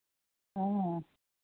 ம்